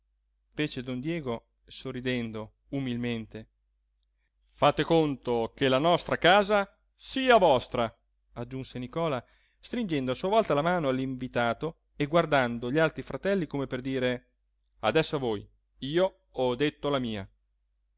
fece don diego sorridendo umilmente fate conto che la nostra casa sia vostra aggiunse nicola stringendo a sua volta la mano all'invitato e guardando gli altri fratelli come per dire adesso a voi io ho detto la mia